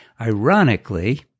Ironically